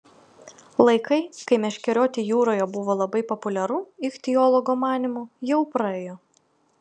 laikai kai meškerioti jūroje buvo labai populiaru ichtiologo manymu jau praėjo